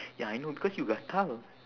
ya I know because you gatal